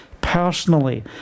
personally